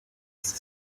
ist